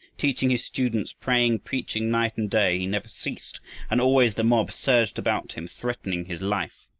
teaching his students, praying, preaching, night and day, he never ceased and always the mob surged about him threatening his life.